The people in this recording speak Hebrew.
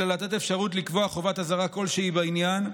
אלא לתת אפשרות לקבוע חובת אזהרה כלשהי בעניין,